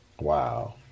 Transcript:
Wow